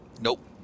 Nope